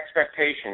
expectations